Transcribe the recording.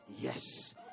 Yes